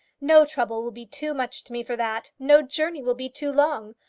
no trouble will be too much to me for that. no journey will be too long.